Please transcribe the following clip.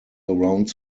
around